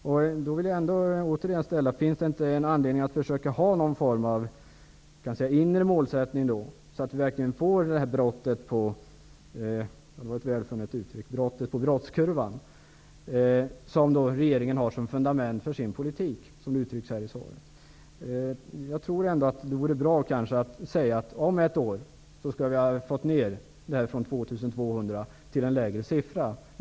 Jag vill därför än en gång fråga: Finns det inte anledning att ha en ''inre'' målsättning, så att vi uppnår det här brottet på brottskurvan? Detta är ju, som det uttrycks i svaret, också fundamentet för regeringens politik. Då vore det kanske bra att säga att vi om ett år skall ha fått ner siffrorna från 2 200 till en lägre siffra.